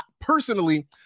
personally